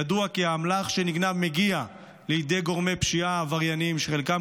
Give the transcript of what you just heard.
ידוע כי האמל"ח שנגנב מגיע לידי גורמי פשיעה עברייניים שחלקם